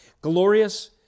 glorious